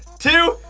two,